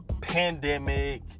pandemic